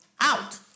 out